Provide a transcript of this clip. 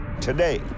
Today